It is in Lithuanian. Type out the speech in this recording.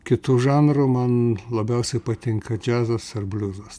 kitų žanrų man labiausiai patinka džiazas ar bliuzas